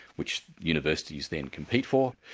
which universities then compete for.